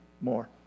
more